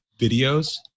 videos